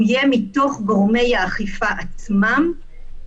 הוא יהיה מתוך גורמי האכיפה עצמם,